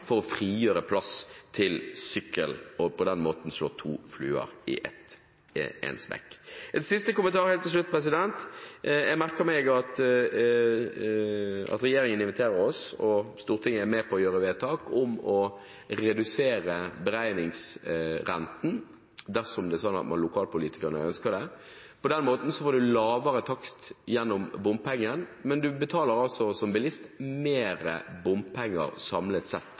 for å frigjøre plass til sykkel og på den måten slå to fluer i én smekk. En siste kommentar helt til slutt: Jeg merker meg at regjeringen inviterer oss og Stortinget med på å gjøre vedtak om å redusere beregningsrenten dersom lokalpolitikerne ønsker det. På den måten får man en lavere takst gjennom bompengene, men man betaler som bilist mer penger samlet sett,